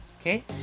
okay